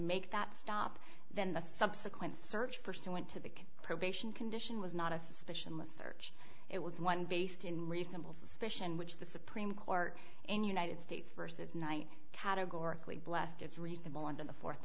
make that stop then the subsequent search for some went to the probation condition was not a suspicion of the search it was one based in reasonable suspicion which the supreme court in united states versus night categorically blessed is reasonable under the fourth